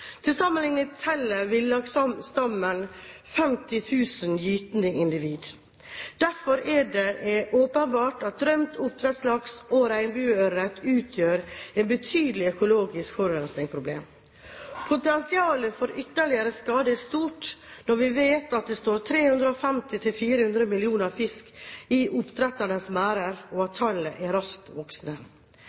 gytende individ. Derfor er det åpenbart at rømt oppdrettslaks og regnbueørret utgjør et betydelig økologisk forurensningsproblem. Potensialet for ytterligere skade er stort når vi vet at det står 350–400 millioner fisk i oppdretternes merder, og at tallet er raskt